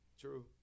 True